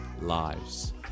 lives